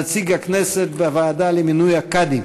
נציג הכנסת בוועדה למינוי הקאדים.